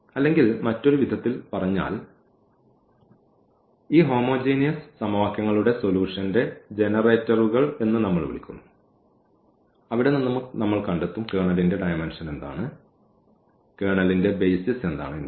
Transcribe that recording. അല്ലെങ്കിൽ മറ്റൊരു വിധത്തിൽ പറഞ്ഞാൽ ഈ ഹോമോജീനിയസ് സമവാക്യങ്ങളുടെ സൊല്യൂഷൻന്റെ ജനറേറ്ററുകൾ എന്ന് നമ്മൾ വിളിക്കുന്നു അവിടെ നിന്ന് നമ്മൾ കണ്ടെത്തും കേർണലിന്റെ ഡയമെൻഷൻ എന്താണ് കേർണലിന്റെ ബെയ്സിസ് എന്താണ് എന്നിവ